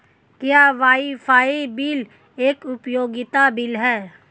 क्या WiFi bill एक उपयोगिता बिल है?